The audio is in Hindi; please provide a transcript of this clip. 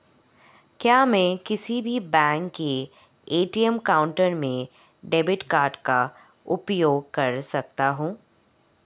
क्या मैं किसी भी बैंक के ए.टी.एम काउंटर में डेबिट कार्ड का उपयोग कर सकता हूं?